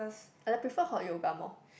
and I prefer hot yoga more